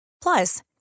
Plus